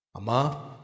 Ama